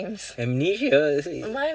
amnesia is